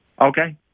Okay